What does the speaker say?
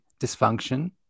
dysfunction